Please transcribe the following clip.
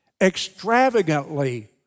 extravagantly